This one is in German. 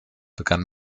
begann